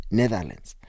Netherlands